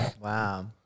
Wow